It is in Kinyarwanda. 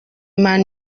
man